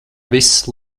viss